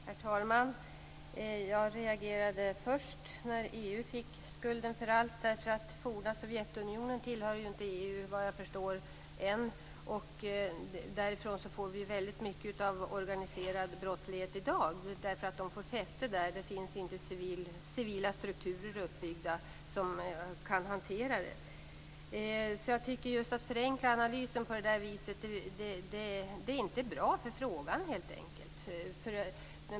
Herr talman! Jag reagerade först när EU fick skulden för allt. Forna Sovjetunionen tillhör ju ännu inte EU vad jag förstår. Därifrån får vi väldigt mycket organiserad brottslighet i dag. Den får fäste där. Där finns inga civila strukturer uppbyggda som kan hantera det här. Att förenkla analysen på det där viset är helt enkelt inte bra för frågan.